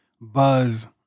buzz